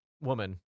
woman